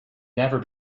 never